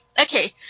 Okay